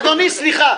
אדוני, סליחה.